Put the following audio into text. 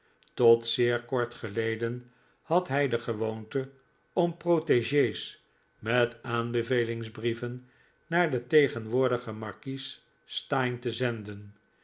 tot zeer kort geleden had hij de gewoonte om proteges met aanbevelingsbrieven naar den tegenwoordigen markies steyne te zenden